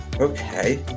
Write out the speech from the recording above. Okay